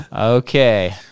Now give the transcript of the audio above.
Okay